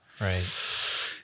Right